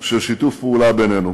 של שיתוף פעולה בינינו,